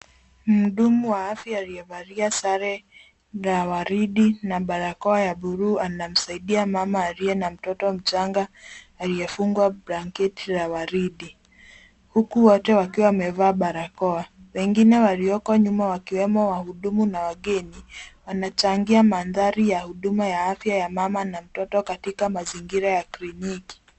Mhudumu wa afya aliyevalia sare la waridi na barakoa ya buluu anamsaidia mama aliye na mtoto mchanga aliyefungwa blanketi la waridi huku wote wakiwa wamevaa barakoa. Wengine walioko nyuma wakiwemo wahudumu na wageni wanachangia mandhari ya huduma ya afya ya mama na mtoto katika mazingira ya kliniki.